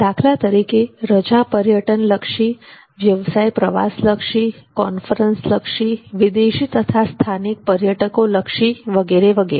દાખલા તરીકે રજા પર્યટન લક્ષી વ્યવસાય પ્રવાસ લક્ષી કોન્ફરન્સ લક્ષી વિદેશી તથા સ્થાનિક પર્યટકો લક્ષી વગેરે વગેરે